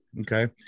okay